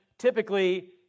typically